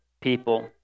people